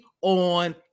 on